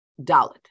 dalit